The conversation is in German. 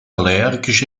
allergische